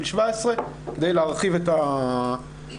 19 כדי להרחיב את ההיקף.